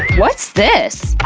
what's this?